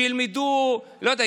לא יודע,